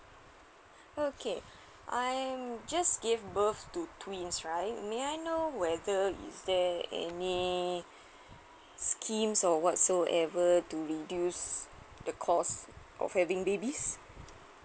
okay I'm just gave birth to twins right may I know whether is there any scheme or whatsoever to reduce the cost of having babies